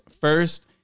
first